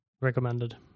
Recommended